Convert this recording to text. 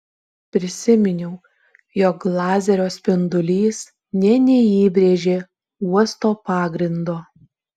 prisiminiau jog lazerio spindulys nė neįbrėžė uosto pagrindo